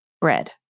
bread